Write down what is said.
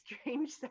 strange